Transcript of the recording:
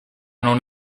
non